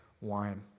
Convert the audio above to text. wine